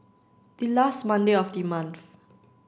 the last Monday of the month